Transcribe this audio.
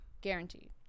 Guaranteed